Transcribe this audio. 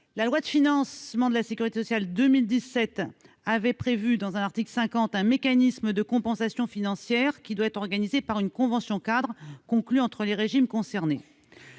la loi de financement de la sécurité sociale pour 2017 a prévu un mécanisme de compensation financière, lequel doit être organisé par une convention-cadre conclue entre les régimes concernés.